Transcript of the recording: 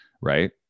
Right